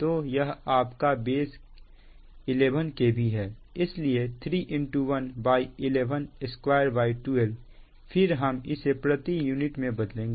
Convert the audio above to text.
तो यह आपका बेस 11 kV है इसलिए 31 फिर हम इसे प्रति यूनिट में बदलेंगे